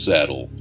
Saddle